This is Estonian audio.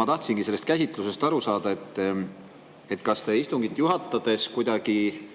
Ma tahtsingi sellest käsitlusest aru saada. Kas te istungit juhatades teete